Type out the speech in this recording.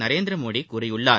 நரேந்திரமோடி கூறியுள்ளார்